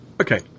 Okay